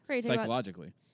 Psychologically